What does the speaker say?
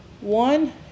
one